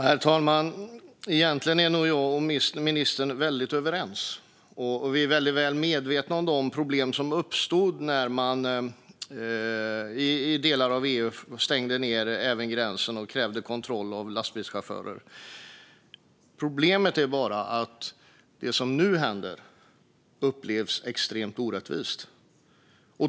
Herr talman! Egentligen är nog jag och ministern väldigt överens. Vi är väldigt väl medvetna om de problem som uppstod när man i delar av EU stängde ned även gränsen och krävde kontroll av lastbilschaufförer. Problemet är bara att det som nu händer upplevs som extremt orättvist.